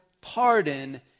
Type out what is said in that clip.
pardon